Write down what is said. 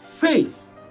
faith